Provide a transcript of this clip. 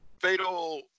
Fatal